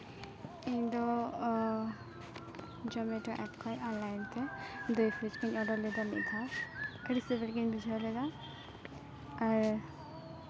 ᱤᱧᱫᱚ Zomato app ᱠᱷᱚᱡ online ᱛᱮ ᱫᱳᱭ ᱯᱷᱩᱪᱠᱟᱧ ᱚᱰᱟᱨ ᱞᱮᱫᱟ ᱢᱤᱫ ᱫᱷᱟᱣ ᱟᱹᱰᱤ ᱥᱤᱵᱤᱞ ᱜᱮᱧ ᱵᱩᱡᱷᱟᱹᱣ ᱞᱮᱫᱟ ᱟᱨ